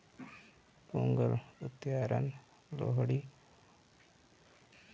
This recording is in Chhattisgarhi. पोंगल, उत्तरायन, लोहड़ी, पउस पारबोन अउ भोगाली बिहू तिहार ह बनेच परसिद्ध हे